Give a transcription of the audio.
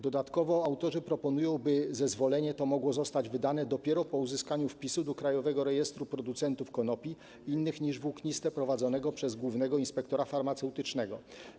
Dodatkowo autorzy proponują, by zezwolenie to mogło zostać wydane dopiero po uzyskaniu wpisu do krajowego rejestru producentów konopi innych niż włókniste, prowadzonego przez głównego inspektora farmaceutycznego.